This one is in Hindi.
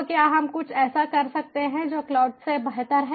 तो क्या हम कुछ ऐसा कर सकते हैं जो क्लाउड से बेहतर है